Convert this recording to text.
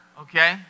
okay